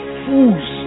fools